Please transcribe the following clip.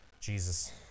Jesus